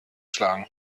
schlagen